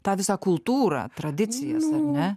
tą visą kultūrą tradicijas ar ne